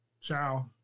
Ciao